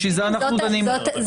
ברשותכם,